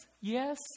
yes